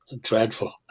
dreadful